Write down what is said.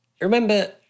Remember